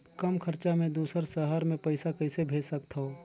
कम खरचा मे दुसर शहर मे पईसा कइसे भेज सकथव?